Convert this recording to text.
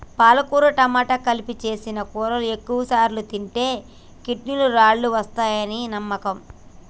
పాలకుర టమాట కలిపి సేసిన కూరని ఎక్కువసార్లు తింటే కిడ్నీలలో రాళ్ళు వస్తాయని నమ్మకం